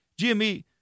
GME